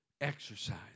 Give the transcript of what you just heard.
Exercise